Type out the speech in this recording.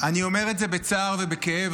אני אומר את זה בצער ובכאב,